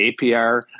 APR